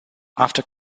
after